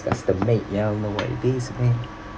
just the mate yo you know what it is man